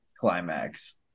climax